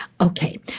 Okay